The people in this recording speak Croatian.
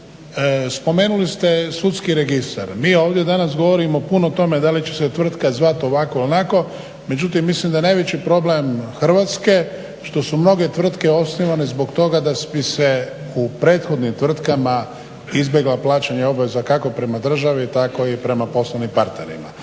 spomenuli ste sudski registar. Mi ovdje danas govorimo puno o tome da li će se tvrtka zvat ovako ili onako, međutim mislim da je najveći problem Hrvatske što su mnoge tvrtke osnivane zbog toga da bi se u prethodnim tvrtkama izbjeglo plaćanje obveza kako prema državi, tako i prema poslovnim partnerima.